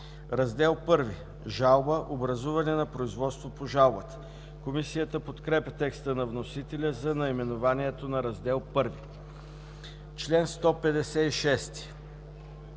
„Раздел I – „Жалба. Образуване на производство по жалбата“ Комисията подкрепя текста на вносителя за наименованието на Раздел I. Комисията